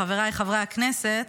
חבריי חברי הכנסת,